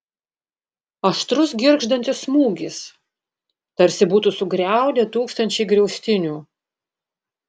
aštrus girgždantis smūgis tarsi būtų sugriaudę tūkstančiai griaustinių